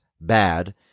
bad